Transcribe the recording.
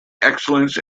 excellence